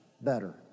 better